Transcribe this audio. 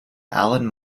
alan